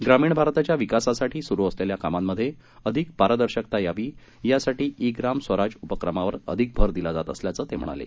ग्रामीण भारताच्या विकासासाठी सुरु असलेल्या कामांमधे अधिक पारदर्शकता यावी यासाठी ई ग्राम स्वराज उपक्रमावर अधिक भर दिला जात असल्याचं ते म्हणाले